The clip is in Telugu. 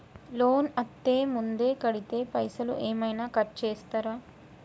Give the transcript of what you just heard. లోన్ అత్తే ముందే కడితే పైసలు ఏమైనా కట్ చేస్తరా?